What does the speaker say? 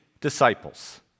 disciples